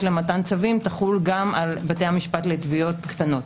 למתן צווים תחול גם על בתי המשפט לתביעות קטנות.